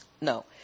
No